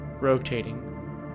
rotating